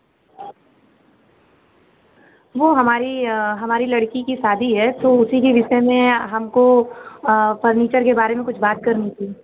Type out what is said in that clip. वह हमारी हमारी लड़की की सादी है तो उसी के विषय में हमको फ़र्नीचर के बारे में कुछ बात करनी थी